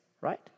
right